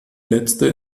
letzte